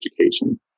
education